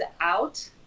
out